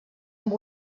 amb